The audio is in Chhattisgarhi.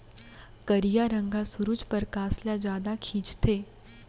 करिया रंग ह सुरूज परकास ल जादा खिंचथे